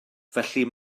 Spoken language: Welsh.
felly